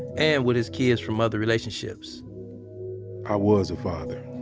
and with his kids from other relationships i was a father.